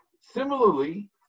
similarly